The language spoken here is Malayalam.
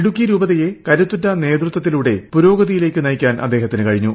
ഇടുക്കി രൂപതയെ കരുത്തുറ്റ നേതൃത്വത്തിലൂടെ പുരോഗതിയിലേക്ക് നയിക്കാൻ അദ്ദേഹത്തിന് കഴിഞ്ഞു